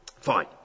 Fine